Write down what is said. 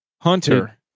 Hunter